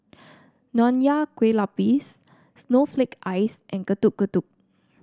Nonya Kueh Lapis Snowflake Ice and Getuk Getuk